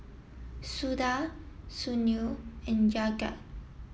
Suda Sunil and Jagat